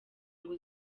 ngo